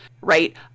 Right